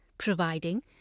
providing